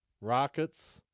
Rockets